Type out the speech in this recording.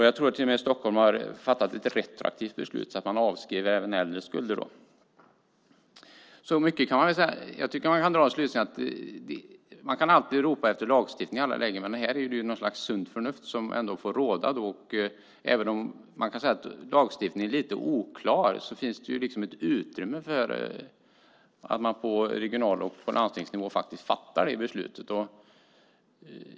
Jag tror att man i Stockholm till och med har fattat ett retroaktivt beslut där man också avskrev äldre skulder. Man kan alltid ropa efter lagstiftning, men här är det något slags sunt förnuft som får råda. Även om lagstiftningen är oklar finns det utrymme för att man på regional nivå och landstingsnivå fattar de beslut som krävs.